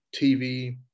TV